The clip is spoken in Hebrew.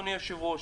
אדוני היושב-ראש,